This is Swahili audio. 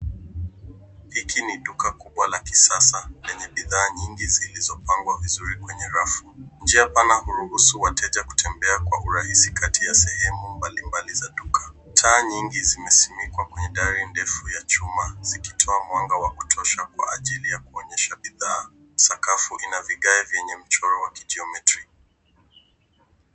Hiki ni duka kubwa la kisasa lenye bidhaa nyingi zilizopangwa vizuri kwenye rafu. Njia pana huruhusu wateja kutembea kwa urahisi kati ya sehemu mbalimbali za duka. Taa nyingi zimesimikwa kwenye dari ndefu ya chuma zikitoa mwanga wa kutosha kwa ajili ya kuonyesha bidhaa. Sakafu ina vigae vyenye mchoro wa kijiometri.